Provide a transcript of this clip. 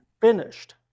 finished